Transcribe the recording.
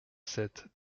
sept